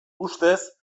ustez